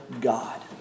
God